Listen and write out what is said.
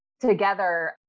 together